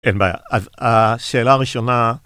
אין בעיה. אז השאלה הראשונה...